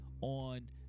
on